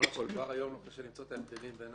כבר היום קשה למצוא את ההבדלים בין